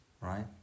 right